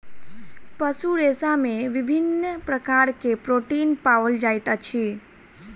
पशु रेशा में विभिन्न प्रकार के प्रोटीन पाओल जाइत अछि